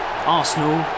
Arsenal